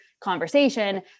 conversation